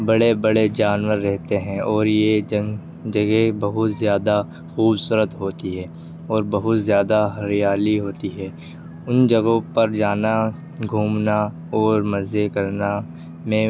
بڑے بڑے جانور رہتے ہیں اور یہ جگہ بہت زیادہ خوبصورت ہوتی ہے اور بہت زیادہ ہریالی ہوتی ہے ان جگہوں پر جانا گھومنا اور مزے کرنا میں